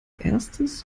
erstes